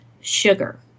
sugar